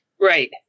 Right